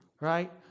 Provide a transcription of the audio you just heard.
Right